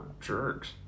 jerks